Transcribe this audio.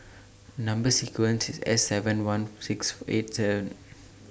Number sequence IS S seven one six eight seven